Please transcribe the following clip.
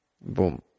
boom